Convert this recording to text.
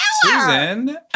Susan